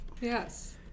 Yes